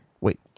Wait